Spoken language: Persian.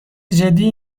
جدی